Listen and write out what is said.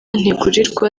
ntigurirwa